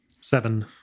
Seven